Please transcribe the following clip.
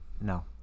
No